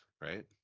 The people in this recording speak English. right